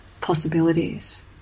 possibilities